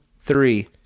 three